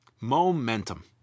momentum